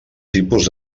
tipus